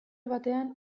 batean